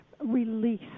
release